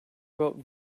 about